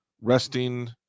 resting